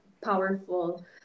powerful